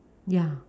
ya